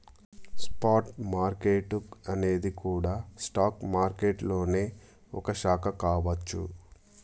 spot market అనేది గూడా stock మారికెట్టులోనే ఒక శాఖ కావచ్చు